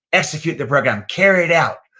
execute the program, carry it out.